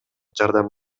жардам